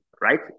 right